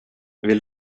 vill